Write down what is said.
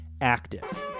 active